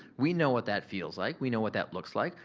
we know what that feels like. we know what that looks like.